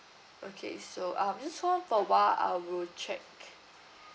okay so um just hold on for a while I will check